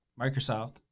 Microsoft